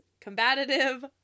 combative